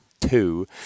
two